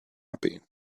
happy